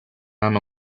hanno